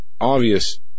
obvious